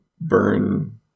Burn